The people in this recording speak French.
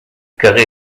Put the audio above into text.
carré